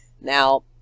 now